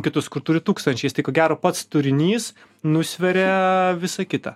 kitus kur turi tūkstančiais tai ko gero pats turinys nusveria visa kita